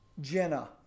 Jenna